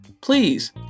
Please